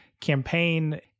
campaign